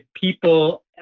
people